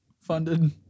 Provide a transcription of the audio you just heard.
funded